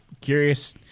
curious